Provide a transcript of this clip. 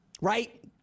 right